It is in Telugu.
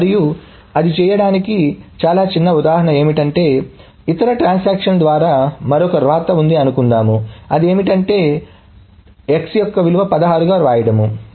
మరియు అది చేయడానికి చాలా చిన్న ఉదాహరణ ఏమిటంటే ఇతర ట్రాన్సాక్షన్ ల ద్వారా మరొక వ్రాత ఉందని అనుకుందాం write T x 16